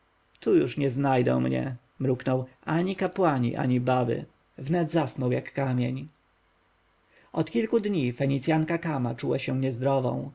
tu już nie znajdą mnie mruknął ani kapłani ani baby wnet zasnął jak kamień od kilku dni fenicjanka kama czuła się niezdrową